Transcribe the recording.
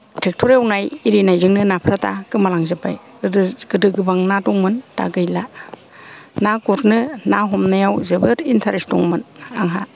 tractor एवनाय आरिनायजोंनो नाफोरा दा गोमालांजोब्बाय गोदो गोदो गोबां ना दंमोन दा गैला ना गुरनो ना हमनायाव जोबोद इन्तारेस्त दंमोन आंहा